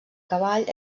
cavall